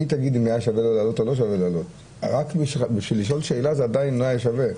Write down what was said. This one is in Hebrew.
--- רק לשאול שאלה זה עדין לא שווה.